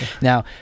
Now